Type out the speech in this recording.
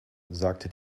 sagte